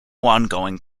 ongoing